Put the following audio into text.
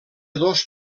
dos